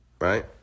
right